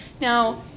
Now